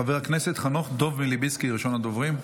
חבר הכנסת חנוך דב מלביצקי, ראשון הדוברים,